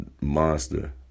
monster